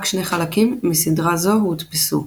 רק שני חלקים מסדרה זו הודפסו.